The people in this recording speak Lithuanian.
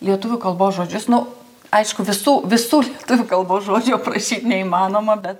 lietuvių kalbos žodžius nu aišku visų visų lietuvių kalbos žodžių aprašyt neįmanoma bet